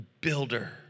builder